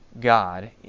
God